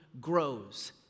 grows